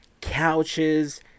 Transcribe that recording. couches